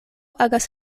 agas